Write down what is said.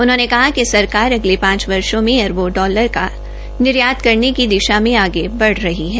उन्होंने कहा कि सरकार अगले पांच वर्षो में अरबों डालर का निर्यात करने की दिशा में आगे बढ़ रही है